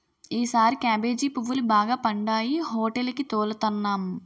ఈసారి కేబేజీ పువ్వులు బాగా పండాయి హోటేలికి తోలుతన్నాం